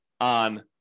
on